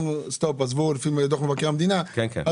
לפי דוח מבקר המדינה הם אומרים,